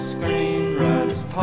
Screenwriters